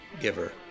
giver